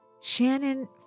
Shannon